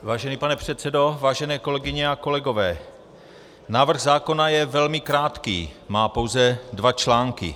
Vážený pane předsedo, vážené kolegyně a kolegové, návrh zákona je velmi krátký, má pouze dva články.